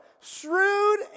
Shrewd